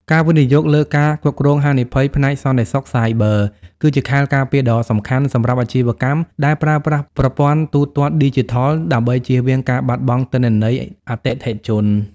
ការវិនិយោគលើ ការគ្រប់គ្រងហានិភ័យ ផ្នែកសន្តិសុខសាយប័រ គឺជាខែលការពារដ៏សំខាន់សម្រាប់អាជីវកម្មដែលប្រើប្រាស់ប្រព័ន្ធទូទាត់ឌីជីថល ដើម្បីជៀសវាងការបាត់បង់ទិន្នន័យអតិថិជន។